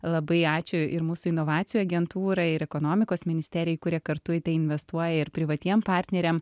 labai ačiū ir mūsų inovacijų agentūrai ir ekonomikos ministerijai kurie kartu į tai investuoja ir privatiem partneriam